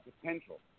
potential